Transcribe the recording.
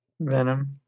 Venom